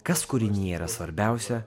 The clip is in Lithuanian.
kas kurinyje yra svarbiausia